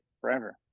forever